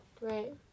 Right